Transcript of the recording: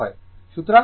সুতরাং 12πf C